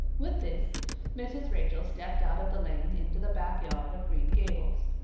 with this mrs. rachel stepped out of the lane into the backyard of green gables.